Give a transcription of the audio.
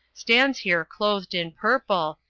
stands here clothed in purple,